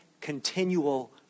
continual